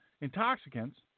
intoxicants